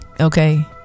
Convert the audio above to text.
okay